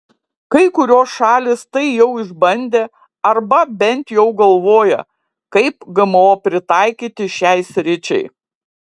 kai kurios šalys tai jau išbandė arba bet jau galvoja kaip gmo pritaikyti šiai sričiai